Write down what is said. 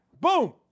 Boom